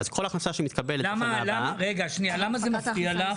ואז כל הכנסה שמתקבלת בשנה הבאה --- למה זה מפריע לך?